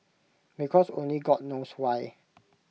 because only God knows why